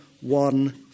one